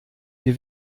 wir